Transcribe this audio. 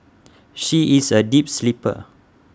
she is A deep sleeper